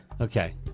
Okay